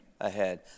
ahead